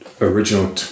original